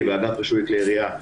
באגף רישוי לכלי ירייה,